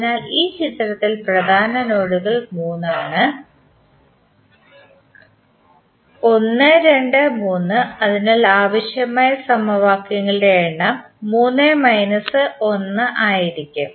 അതിനാൽ ഈ ചിത്രത്തിൽ പ്രധാന നോഡുകൾ 3 ആണ് 1 2 3 അതിനാൽ ആവശ്യമായ സമവാക്യങ്ങളുടെ എണ്ണം 3 മൈനസ് 1 ആയിരിക്കും